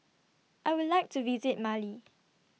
I Would like to visit Mali